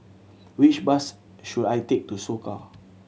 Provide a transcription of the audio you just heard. which bus should I take to Soka